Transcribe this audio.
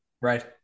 Right